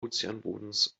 ozeanbodens